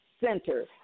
center